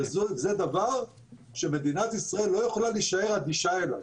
וזה דבר שמדינת ישראל לא יכולה להישאר אדישה אליו.